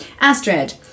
Astrid